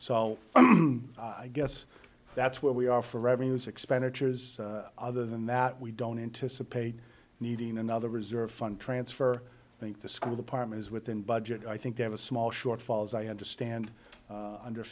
so i guess that's where we are for revenues expenditures other than that we don't anticipate needing another reserve fund transfer i think the school department is within budget i think they have a small shortfall as i understand under